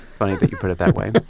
funny that you put it that way.